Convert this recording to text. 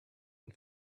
and